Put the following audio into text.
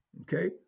okay